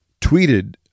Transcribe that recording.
tweeted